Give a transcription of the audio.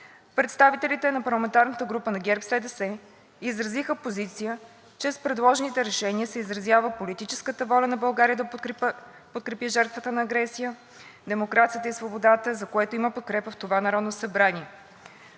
Представителите на парламентарната група на ГЕРБ-СДС изразиха позиция, че с предложените решения се изразява политическата воля на България да подкрепи жертвата на агресия, демокрацията и свободата, за което има подкрепа в това Народно събрание.